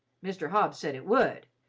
mr. hobbs said it would,